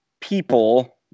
people